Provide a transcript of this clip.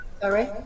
Sorry